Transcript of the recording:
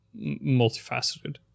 multifaceted